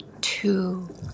two